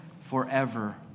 forever